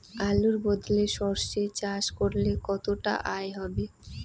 আলুর বদলে সরষে চাষ করলে কতটা আয় হবে?